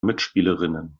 mitspielerinnen